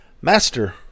master